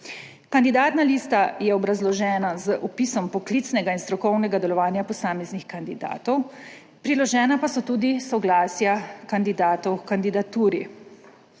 Kandidatna lista je obrazložena z opisom poklicnega in strokovnega delovanja posameznih kandidatov, priložena pa so tudi soglasja kandidatov h kandidaturi.